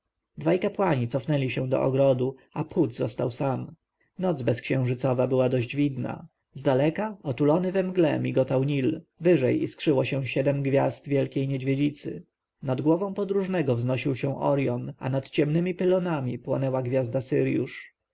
dwaj kapłani cofnęli się do ogrodu a phut został sam noc bezksiężycowa była dość widna zdaleka otulony we mgłę migotał nil wyżej iskrzyło się siedem gwiazd wielkiej niedźwiedzicy nad głową podróżnego wznosił się orjon a nad ciemnemi pylonami płonęła gwiazda